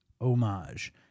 homage